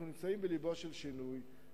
אנחנו נמצאים בלבו של שינוי,